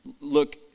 look